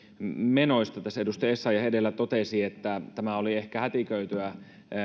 menoista tässä edustaja essayah edellä totesi että oli ehkä hätiköityä